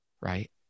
right